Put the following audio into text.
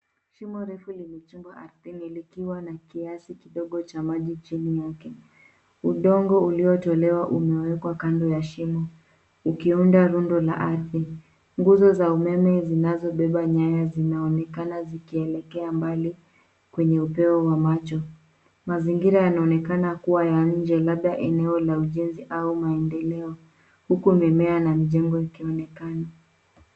Shimo refu lenye chimbo ardhini likiwa na kiasi kidogo cha maji chini yake. Udongo uliotolewa umewekwa kando ya shimo ukiunda rundo la ardhi. Nguzo za umeme zinazobeba nyaya zinaonekana zikielekea mbali kwenye upeo wa macho. Mazingira yanaonekana kuwa ya nje labda eneo la ujenzi au maendeleo huku mimea na mjengo yakionekana.